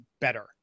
better